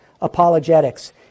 apologetics